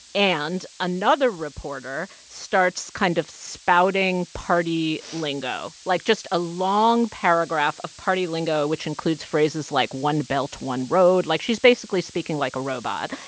and another reporter starts kind of spouting party lingo like, just a long paragraph of party lingo which includes phrases like one belt, one road. like, she's basically speaking like a robot.